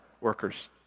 workers